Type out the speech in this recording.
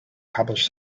published